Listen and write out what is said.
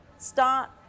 start